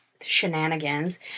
shenanigans